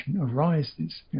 arises